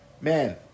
Man